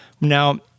Now